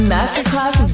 Masterclass